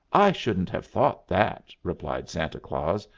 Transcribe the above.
i shouldn't have thought that, replied santa claus,